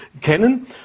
kennen